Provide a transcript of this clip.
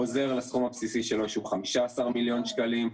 חוזר לסכום הבסיסי שלו, שהוא 15 מיליון שקלים.